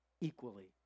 equally